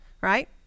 right